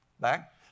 back